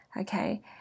okay